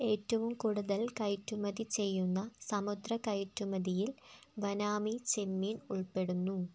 ഏറ്റവും കൂടുതൽ കയറ്റുമതി ചെയ്യുന്ന സമുദ്ര കയറ്റു മതിയിൽ വനാമീ ചെമ്മീൻ ഉൾപ്പെടുന്നു